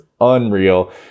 unreal